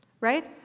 Right